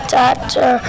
doctor